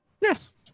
Yes